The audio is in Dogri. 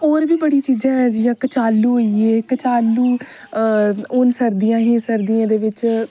और बी बड़ी चीजां ऐ जियां कचालू होई गे कचालू हून सर्दियां हिया सर्दियें दे बिच